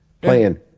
playing